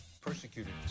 persecuted